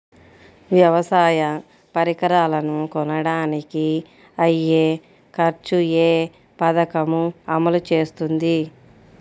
వ్యవసాయ పరికరాలను కొనడానికి అయ్యే ఖర్చు ఏ పదకము అమలు చేస్తుంది?